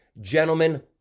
Gentlemen